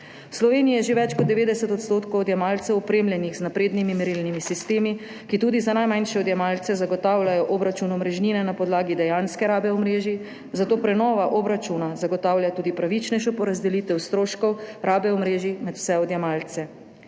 Sloveniji je že več kot 90 % odjemalcev opremljenih z naprednimi merilnimi sistemi, ki tudi za najmanjše odjemalce zagotavljajo obračun omrežnine na podlagi dejanske rabe omrežij, zato prenova obračuna zagotavlja tudi pravičnejšo porazdelitev stroškov rabe omrežij med vse odjemalce.